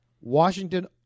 Washington